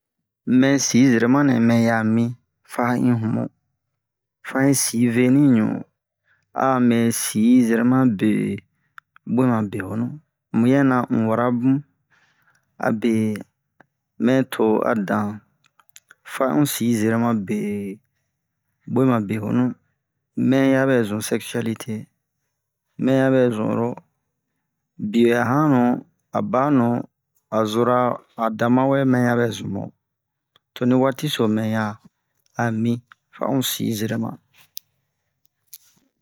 Mɛ si zerema nɛ mɛya mi fa in humu fa in si veni ɲu a mɛ si zerema be buwema-behonu muyɛna un wara bun abe mɛ to a dan fa un si zerema be buwema-behonu mɛ yabɛ zun seksiyalite mɛya bɛ zun oro biyɛ a hanu a anu a zora a da mawɛ mɛ yabɛ zun mu to ni waati so mɛya a mi fa un si zerema